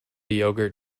yogurt